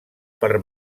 per